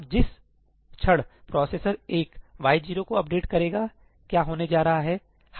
अब जिस क्षण प्रोसेसर 1 y 0 को अपडेट करेगा क्या होने जा रहा है